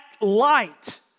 light